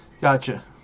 Gotcha